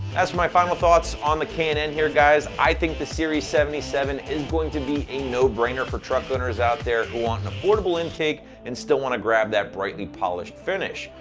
as for my final thoughts on the k and h and here, guys, i think the series seventy seven is going to be a no-brainer for truck owners out there who want an affordable intake and still wanna grab that brightly polished finish.